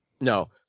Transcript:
No